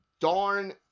darn